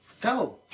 Go